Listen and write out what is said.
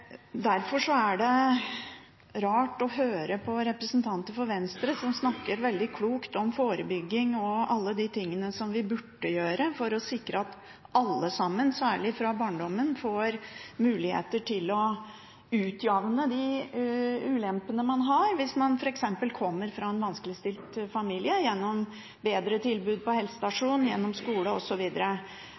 Derfor er det rart å høre på representanter for Venstre som snakker veldig klokt om forebygging og alle de tingene som vi burde gjøre for å sikre at alle sammen, særlig fra barndommen av, får muligheter til å utjamne de ulempene man har, f.eks. hvis man kommer fra en vanskeligstilt familie, gjennom bedre tilbud på helsestasjonen, gjennom